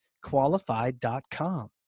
Qualified.com